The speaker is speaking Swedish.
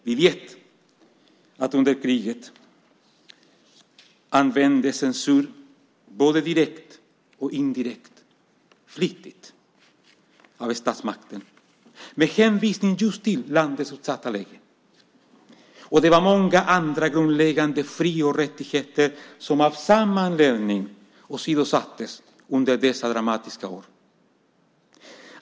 Vi vet att under kriget användes censur, både direkt och indirekt, flitigt av statsmakten med hänvisning just till landets utsatta läge. Det var många andra grundläggande fri och rättigheter som av samma anledning åsidosattes under dessa dramatiska år.